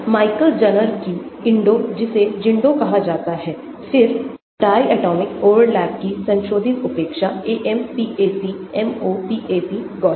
Michael Zerner की INDO जिसे ZINDO कहा जाता है फिर डायटोमिक ओवरलैप की संशोधित उपेक्षा AMPAC MOPAC Gaussian